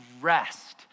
rest